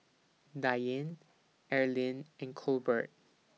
Diane Arlyn and Colbert